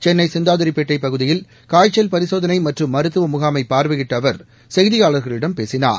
சென்னை சிந்தாதிரிப்பேட்டை பகுதியில் காய்க்கல் பரிகோதனை மற்றும் மருத்துவ முகாமை பாாவையிட்ட அவா் செய்தியாள்களிடம் பேசினார்